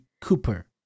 Cooper